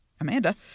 Amanda